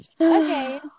okay